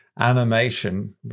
animation